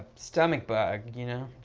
stomach bug. you know,